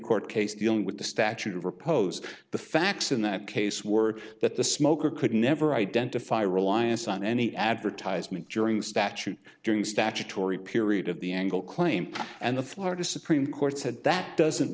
court case dealing with the statute of repose the facts in that case were that the smoker could never identify reliance on any advertisement during the statute during statutory period of the angle claim and the florida supreme court said that doesn't